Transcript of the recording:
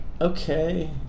okay